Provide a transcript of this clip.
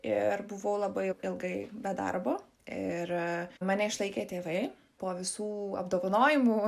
ir buvau labai ilgai be darbo ir mane išlaikė tėvai po visų apdovanojimų